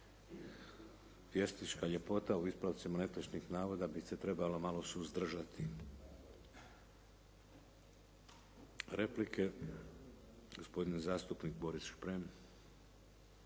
Pjesnička ljepota u ispravcima netočnih navoda bi se trebalo malo suzdržati. Replike, gospodin zastupnik Boris Šprem.